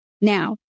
Now